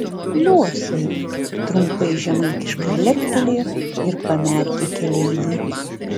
liuosai trumpai žemaitiškai leptelėjo ir pamerkė keleiviui